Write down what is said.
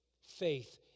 faith